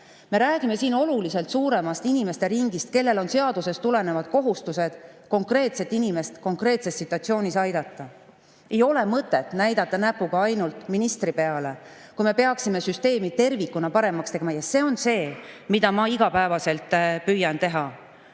Me räägime siin oluliselt suuremast inimeste ringist, kellel on seadusest tulenevad kohustused konkreetset inimest konkreetses situatsioonis aidata. Ei ole mõtet näidata näpuga ainult ministri peale, kui me peaksime süsteemi tervikuna paremaks tegema. See on see, mida ma igapäevaselt püüan teha.